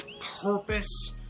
purpose